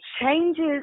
changes